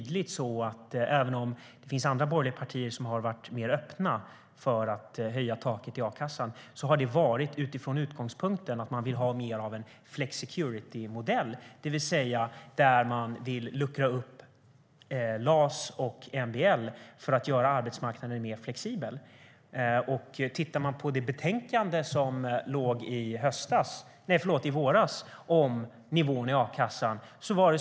Det finns andra borgerliga partier som har varit mer öppna för att höja taket i a-kassan, men det har varit utifrån utgångspunkten att man vill ha mer av en flexicuritymodell, det vill säga att man vill luckra upp LAS och MBL för att göra arbetsmarknaden mer flexibel. Och man kan titta på betänkandet från i våras som handlade om nivån i a-kassan.